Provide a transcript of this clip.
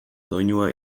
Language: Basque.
doinua